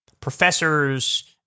professors—